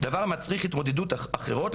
הדבר מצריך התמודדויות אחרות,